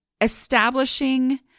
establishing